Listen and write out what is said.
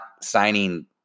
signing